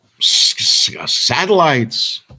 satellites